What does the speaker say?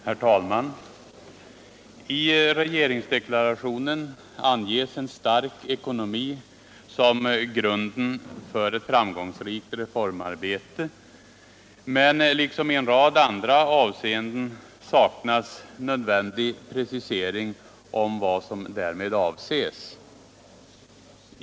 : Herr talman! I regeringsdeklarationen anges en stark ekonomi som grunden för ett framgångsrikt reformarbete. men liksom i en rad andra avseenden saknas nödviändiga prectseringar av vad som dirmed avses.